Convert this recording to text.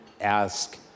ask